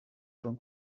from